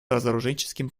разоруженческим